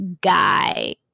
guy